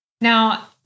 Now